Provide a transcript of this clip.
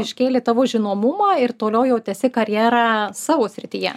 iškėlė tavo žinomumą ir toliau jau tęsi karjerą savo srityje